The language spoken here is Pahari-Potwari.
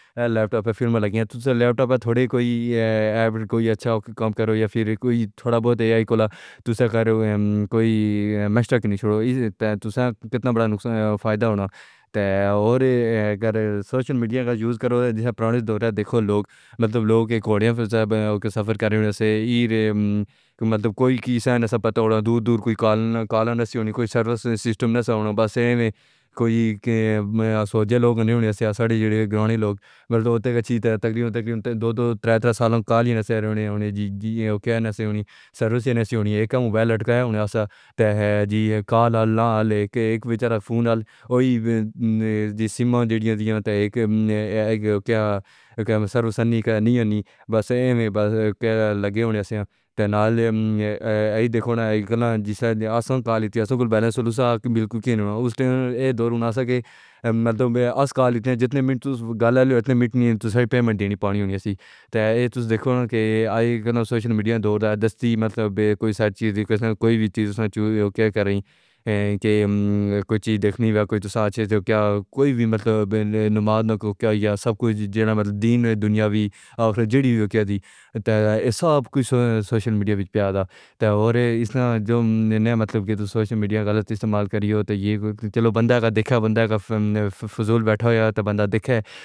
ایہ لیپ ٹاپ آں فر وچ لگیاں نی۔ تساں لیپ ٹاپ آں تھوڑے جیہے کوئی ایہو جہے۔ کوئی چنگا کم کرو۔ فر تھوڑا جیہا اے آئی کولاں۔ مدد گنی چھوڑو۔ تساں کتنا وڈا نقصان۔ کتنا وڈا فائدہ ہوندا اے۔ ہور ایس سوشل میڈیا دا صحیح استعمال کرو۔ جیویں پرانے دور وچ، لوک گھوڑیاں تے سفر کردے ہوندے سن۔ کوئی کیہڑی خبر نہ ہوندی سی، دور دور تک کوئی رابطہ نہ ہوندا سی، کوئی سروس سسٹم نہ ہوندا سی۔ ایویں. سعودیہ دے لوک جیہڑے ہوندے سن، ساڈے جیہڑے پیارے لوک اوتھے گئے ہوندے سن، تقریباً دو دو تن تن سالاں تک کوئی رابطہ نہ ہوندا سی۔ کیونکہ نہ کوئی سروس ہوندی سی، نہ کوئی رابطہ ہوندا سی۔ ہکا موبائل لٹکایا ہوندا سی... ہک غریب فون نال، او وی پہلے جیہی سروس نہ ہوندی سی۔ بس ایویں بس لگے ہوندے ساں۔ تے نال ای دیکھو، اساں کال کیتی، اساں کول بیلنس ہوندا سی۔ اوہ ویلھا ایہ دور ہوندا سی کہ جتنے منٹ تساں گل کرو، اتنے منٹ دی پیسے دی ادائیگی کرنی پیندی سی۔ ایہ تساں دیکھو کہ اج سوشل میڈیا دا دور اے، ہتھ وچ مطلب اے کہ کوئی وی چیز چاہو. کوئی چیز دیکھنی ہووے۔ کوئی تساں چنگے تو کیا، کوئی وی مطلب نماز. سب کچھ دین و دنیا، آخرت جیہڑی وی. ایہ سب کچھ سوشل میڈیا وچ موجود اے۔ تے ایس دا ایہ مطلب نئیں کہ تساں سوشل میڈیا دا غلط استعمال کرو۔ چلو اگر کوئی بندہ فضول بیٹھا ہویا ہووے تے بندہ دیکھے